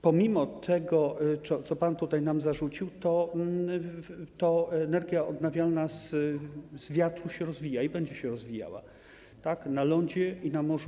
Pomimo tego, co pan tutaj nam zarzucił, to energia odnawialna z wiatru się rozwija i będzie się rozwijała na lądzie i na morzu.